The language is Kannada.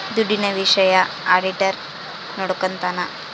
ದುಡ್ಡಿನ ವಿಷಯ ಆಡಿಟರ್ ನೋಡ್ಕೊತನ